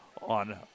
on